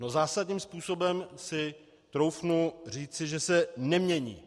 No, zásadním způsobem si troufnu říci, že se nemění.